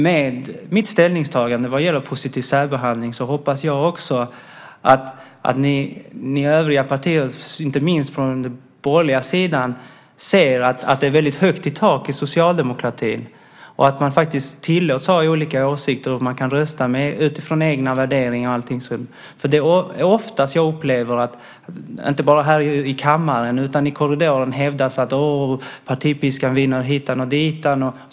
Med mitt ställningstagande vad gäller positiv särbehandling hoppas jag också att ni övriga partier, inte minst från den borgerliga sidan, ser att det är väldigt högt i tak i socialdemokratin, att man faktiskt tillåts ha olika åsikter och kan rösta utifrån egna värderingar. Inte bara här i kammaren utan i korridoren hävdas det att partipiskan viner hit och dit.